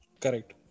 Correct